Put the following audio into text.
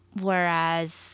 Whereas